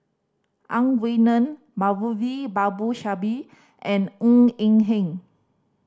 Ang Wei Neng Moulavi Babu Sahib and Ng Eng Hen